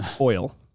oil